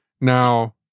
Now